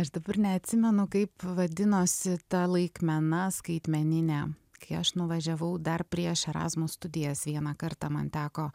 aš dabar neatsimenu kaip vadinosi ta laikmena skaitmeninė kai aš nuvažiavau dar prieš erasmus studijas vieną kartą man teko